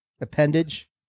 appendage